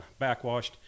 backwashed